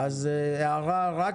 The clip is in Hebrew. אז הערה רק